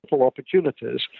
opportunities